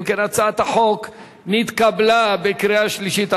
אם כן, החוק נתקבל בקריאה שלישית.